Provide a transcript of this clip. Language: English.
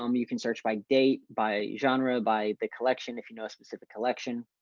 um you can search by date, by genre, by the collection. if you know a specific collection.